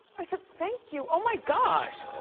i said, thank you, oh my gosh,